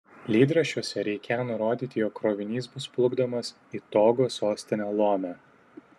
lydraščiuose reikią nurodyti jog krovinys bus plukdomas į togo sostinę lomę